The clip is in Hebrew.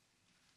חברי